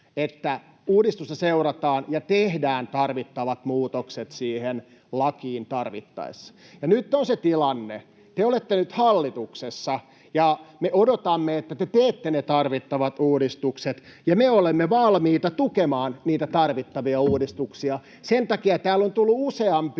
että uudistusta seurataan ja tehdään tarvittavat muutokset siihen lakiin tarvittaessa. Ja nyt on se tilanne. Te olette nyt hallituksessa, ja me odotamme, että te teette ne tarvittavat uudistukset, ja me olemme valmiita tukemaan niitä tarvittavia uudistuksia. Sen takia täällä on tullut jo useampia